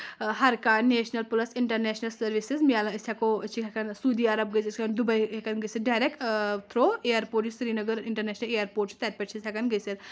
ہر کانٛہہ national plus international services مِلان أسۍ ہؠکو أسۍ چھِ ہؠکان سوٗدی عرب گٔژھِتھ دُبٮے ہؠکَان گٔژھِتھ ڈَریکٹ تھروٗ اِیَرپوٹ یُس سری نگر اِنٹَرنیشنَل اِیَرپوٹ چھِ تَتہِ پؠٹھ چھِ أسۍ ہؠکان گٔژھِتھ